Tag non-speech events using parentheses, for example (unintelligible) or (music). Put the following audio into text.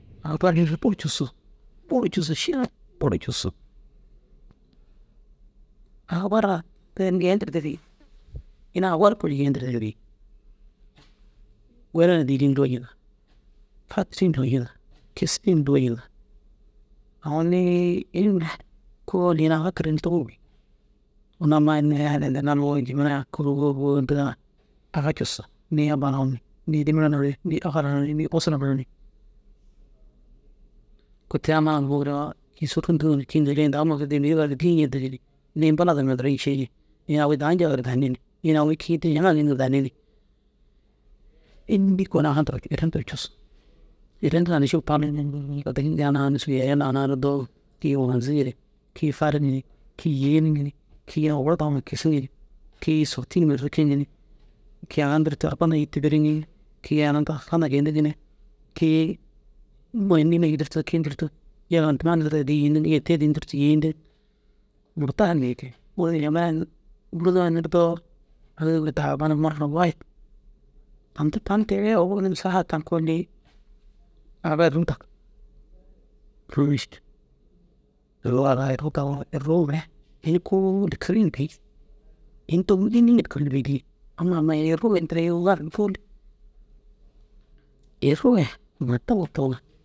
Au fariŋire ši buru cussu buru cussu buru cussu aga barra tinta ini geentirde bêi ini awa kûro geentirde na bêi. Gona na dîri lojintu fatiri na lojintu kisiri na lojintu awoni ini mire kôoli ini aga kirigire tômuru bêi. Unnu amma i unnu harayintinna hinnoo amma jamena kii wôwou ntiga aga cussu nii amma nau ni nii abba nau ni nii dîmira nau ni. Nii ahala nau ni nii usura nau ni. Kôi te ru amma (unintelligible) kii neere ini daguma kisiŋini wire woo na tîi ncentigi nii bêled numa duro ncii ni ini awi da ncagire na danni ni ini awi kii derajema geeniŋire danni ni. Înni koo na irri nturu cussu irri nturu aniši palke da digi nam nîsoo yaliya na rido ki anaziŋi ni kii fariŋi ni kii yêniŋi ni ini owordu daguma kissiŋi ni kii sortî num na rikiŋi ni kii aga nturtu orka nta yiti biriŋi ni kii ina nta fana geentiŋi kii niima na nturtug kii yege ntuma nturtu addi yêntiŋ yege tê nturtu addi yêentiŋ murtaha ncikii bûrnu nirdoo amma mura taba na mura wahit ninta tani teere owor nuru saha taŋa kôoli aga irru dak (hesitation) irri u mire ini kôoli kirigire bêi ini tômuru înni na kirigire bêi digee irri u ai mata mata yiŋoo na.